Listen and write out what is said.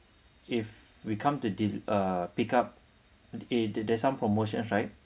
if we come to de~ uh pick up eh there's some promotion right